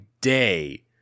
day